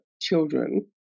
children